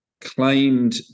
claimed